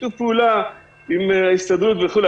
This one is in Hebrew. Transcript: בשיתוף פעולה עם ההסתדרות וכולי,